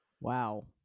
Wow